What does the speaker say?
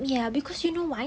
ya because you know why